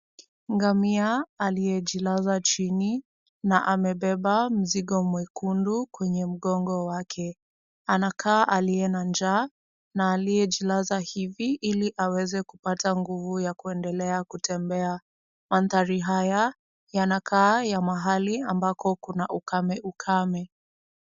Ngamia aliyejilaza chini na amebeba mzigo mwekundu kwenye mgongo wake. Anakaa aliye na njaa, na aliyejilaza hivi ili aweze kupata nguvu ya kuendelea kutembea. Mandhari haya, yanakaa ya mahali ambako kuna ukame ukame.